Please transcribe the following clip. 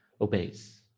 obeys